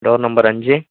door number அஞ்சு